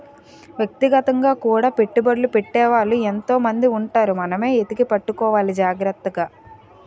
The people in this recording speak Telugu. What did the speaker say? వ్యక్తిగతంగా కూడా పెట్టుబడ్లు పెట్టే వాళ్ళు ఎంతో మంది ఉంటారు మనమే ఎతికి పట్టుకోవాలి జాగ్రత్తగా